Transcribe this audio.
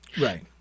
right